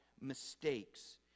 mistakes